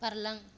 बारलां